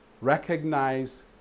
Recognize